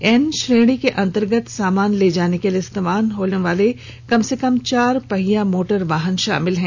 N श्रेणी के अंतर्गत सामान ले जाने के लिए इस्तेमाल होने वाले कम से कम चार पहिया मोटर वाहन शामिल हैं